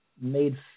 made